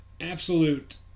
absolute